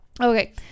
Okay